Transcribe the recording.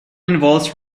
involves